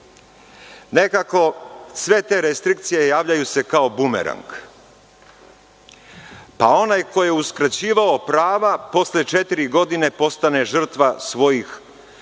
Nekako, sve te restrikcije javljaju se kao bumerang, pa onaj ko je uskraćivao prava posle četiri godine postane žrtva svojih